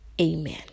amen